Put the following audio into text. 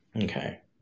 okay